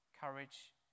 Courage